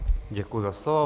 Děkuji za slovo.